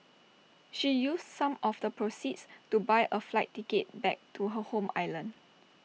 she used some of the proceeds to buy A flight ticket back to her home island